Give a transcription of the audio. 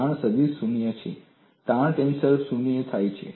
તાણ સદીશ શૂન્ય છે તાણ ટેન્સર પણ શૂન્ય છે